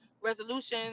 resolutions